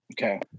Okay